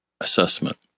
assessment